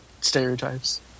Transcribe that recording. stereotypes